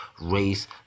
race